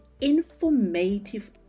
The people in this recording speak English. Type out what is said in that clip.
informative